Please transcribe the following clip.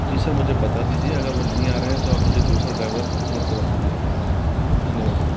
जी sir मुझे बता दीजिए अगर वह नहीं आ रहा है तो आप मुझे दूसरा ड्राइवर उपलब्ध करा दीजिए धन्यवाद सर